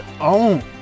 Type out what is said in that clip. own